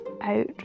out